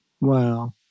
Wow